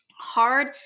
hard